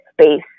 space